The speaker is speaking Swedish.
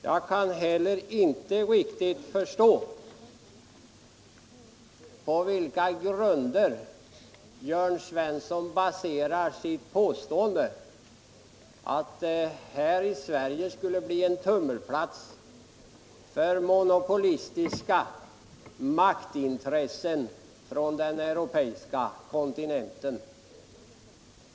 Jag kan inte heller riktigt förstå på vilka grunder Jörn Svensson bygger sitt påstående att Sverige skulle bli en tummelplats för monopolistiska maktintressen från den europeiska kontinenten.